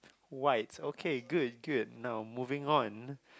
white okay good good now moving on